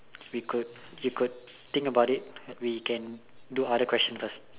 we could we could think about it we can do other questions first